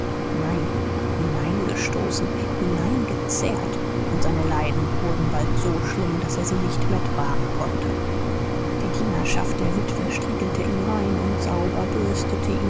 nein hineingestoßen hineingezerrt und seine leiden wurden bald so schlimm daß er sie nicht mehr tragen konnte die dienerschaft der witwe striegelte ihn rein und sauber bürstete